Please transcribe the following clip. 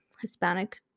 Hispanic